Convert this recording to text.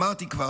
אמרתי כבר,